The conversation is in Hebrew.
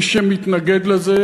מי שמתנגד לזה,